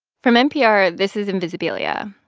from npr, this is invisibilia.